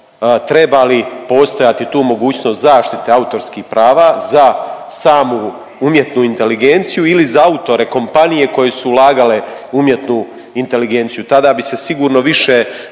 treba li postaviti tu mogućnost zaštite autorskih prava za samu umjetnu inteligenciju ili za autore kompanije koje su ulagale u umjetnu inteligenciju. Tada bi se sigurno više